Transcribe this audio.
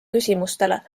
küsimustele